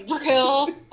real